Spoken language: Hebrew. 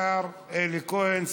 השר אלי כהן,